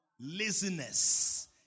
Laziness